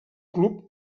club